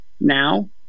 now